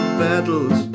battles